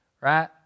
right